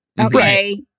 Okay